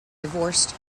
divorced